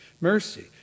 mercy